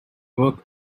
work